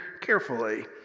carefully